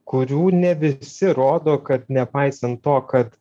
kurių ne visi rodo kad nepaisant to kad